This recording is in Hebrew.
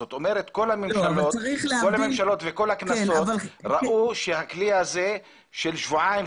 זאת אומרת כל הממשלות וכל הכנסות ראו שהכלי הזה של שבועיים,